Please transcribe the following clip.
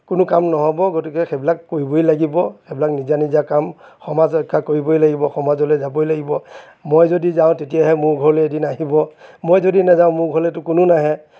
কোনো কাম নহ'ব গতিকে সেইবিলাক কৰিবই লাগিব সেইবিলাক নিজা নিজা কাম সমাজ ৰক্ষা কৰিবই লাগিব সমাজলৈ যাবই লাগিব মই যদি যাওঁ তেতিয়াহে মোৰ ঘৰলৈ এদিন আহিব মই যদি নাযাও মোৰ ঘৰলৈতো কোনো নাহে